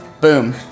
Boom